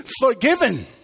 forgiven